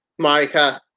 Marika